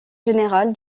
général